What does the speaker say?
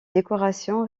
décorations